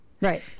Right